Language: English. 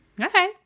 Okay